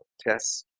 tests,